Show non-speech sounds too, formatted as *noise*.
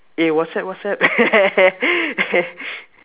eh what's up what's up *laughs*